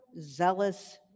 zealous